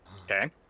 Okay